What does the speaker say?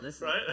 Right